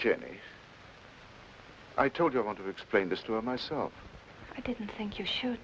jenny i told you i want to explain this to myself i didn't think you should